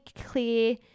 clear